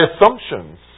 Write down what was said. assumptions